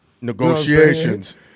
Negotiations